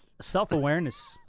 self-awareness